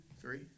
three